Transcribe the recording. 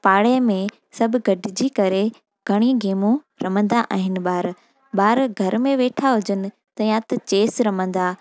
पाड़े में सभु गॾिजी करे घणी गेमूं रमंदा आहिनि ॿार ॿार घर में वेठा हुजनि त या त चेस रमंदा